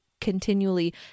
continually